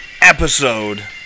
episode